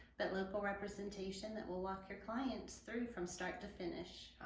that local representation that will walk your clients through from start to finish.